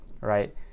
right